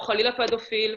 חלילה פדופיל,